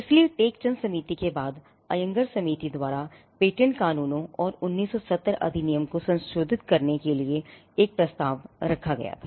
इसलिए टेक चंद समिति के बाद आयंगर समिति द्वारा पेटेंट कानूनों और 1970 अधिनियम को संशोधित करने के लिए एक प्रस्ताव रखा गया था